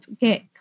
get